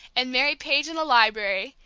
and mary page in the library,